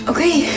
Okay